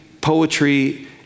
poetry